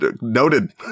noted